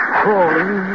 crawling